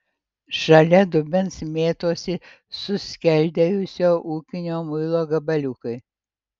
šalia dubens mėtosi suskeldėjusio ūkinio muilo gabaliukai